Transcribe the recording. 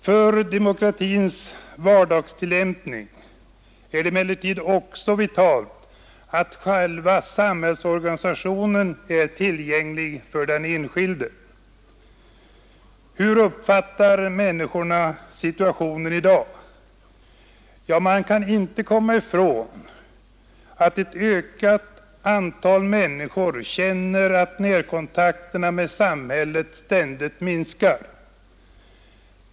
För demokratins vardagstillämpning är det emellertid också vitalt att själva samhällsorganisationen är tillgänglig för den enskilde. Hur uppfattar människorna situationen i dag? Ja, man kan inte komma ifrån att ett ökande antal människor känner att närkontakterna med samhället ständigt minskar.